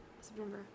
September